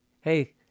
hey